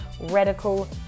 radical